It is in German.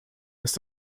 ist